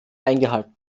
eingehalten